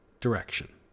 direction